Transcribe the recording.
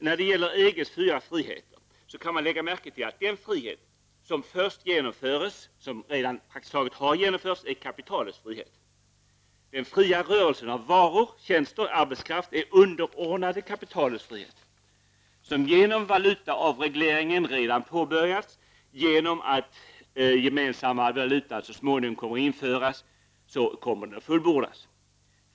När det gäller EGs fyra friheter kan man lägga märke till att den frihet som först genomförs, och som praktisk taget redan har genomförts, är kapitalets frihet. Den fria rörelsen av varor, tjänster och arbetskraft är underordnad kapitalets frihet, som genom valutaavregleringen redan påbörjats och som kommer att fullbordas i och med den planerade gemensamma valutan.